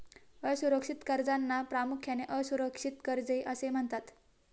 असुरक्षित कर्जांना प्रामुख्याने असुरक्षित कर्जे असे म्हणतात